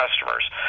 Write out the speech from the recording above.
customers